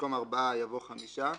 במקום "ארבעה" יבוא "חמישה".